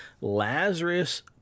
lazarus